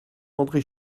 andré